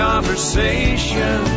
Conversation